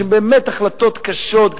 שהם באמת החלטות קשות,